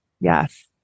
Yes